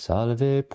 Salve